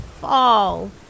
fall